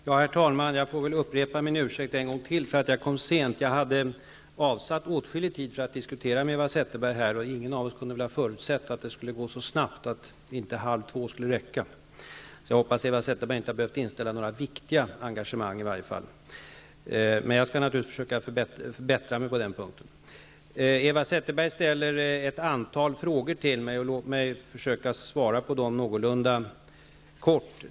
Herr talman! Jag får väl upprepa min ursäkt en gång till för att jag kom sent. Jag hade avsatt åtskillig tid för att diskutera med Eva Zetterberg, men ingen av oss hade väl kunnat förutse att interpellationsdebatten skulle gå så snabbt att kl. 13.30 skulle vara för sent. Jag hoppas att Eva Zetterberg inte har behövt inställa några viktiga engagemang. Jag skall emellertid försöka bättra mig på den punkten. Eva Zetterberg ställde ett antal frågor till mig. Låt mig försöka svara på dem någorlunda kortfattat.